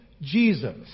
Jesus